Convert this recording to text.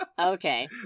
okay